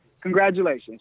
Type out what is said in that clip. Congratulations